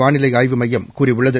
வானிலை ஆய்வு மையம் கூறியுள்ளது